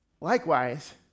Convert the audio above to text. Likewise